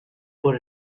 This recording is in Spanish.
por